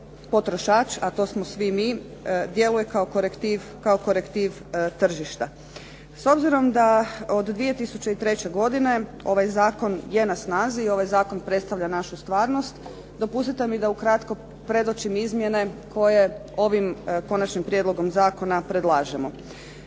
potrošač, a to smo svi mi djeluje kao korektiv tržišta. S obzirom da od 2003. godine ovaj zakon je na snazi i ovaj zakon predstavlja našu stvarnost dopustite mi da ukratko predočim izmjene koje ovim Konačnim prijedlogom zakona predlažemo.